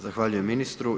Zahvaljujem ministru.